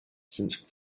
since